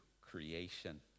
creation